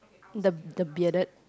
the the bearded